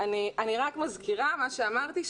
אני רק מזכירה מה שאמרתי,